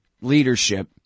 leadership